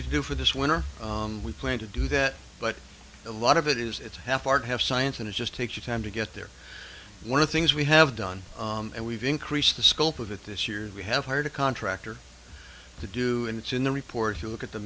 to do for this winter we plan to do that but a lot of it is it's half art have science and it just takes time to get there one of things we have done and we've increased the scope of it this year we have hired a contractor to do and it's in the report you look at the